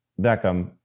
Beckham